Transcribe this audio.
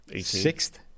sixth